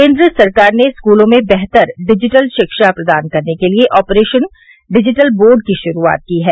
केन्द्र सरकार ने स्कूलों में बेहतर डिजिटल शिक्षा प्रदान करने के लिए ऑपरेशन डिजिटल बोर्ड की शुरूआत की है